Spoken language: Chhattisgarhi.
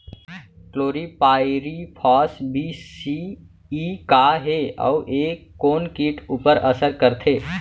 क्लोरीपाइरीफॉस बीस सी.ई का हे अऊ ए कोन किट ऊपर असर करथे?